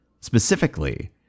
Specifically